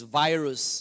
virus